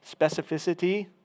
specificity